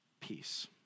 Peace